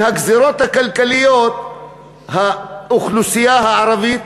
מהגזירות הכלכליות האוכלוסייה הערבית,